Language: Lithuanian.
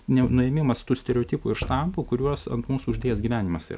ne nuėmimas tų stereotipų ir štampų kuriuos ant mūsų uždėjęs gyvenimas yra